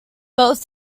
both